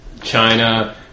China